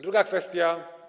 Druga kwestia.